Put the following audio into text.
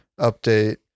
update